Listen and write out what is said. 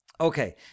Okay